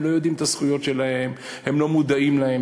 הם לא יודעים את הזכויות שלהם, הם לא מודעים להן.